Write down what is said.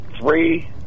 three